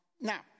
Now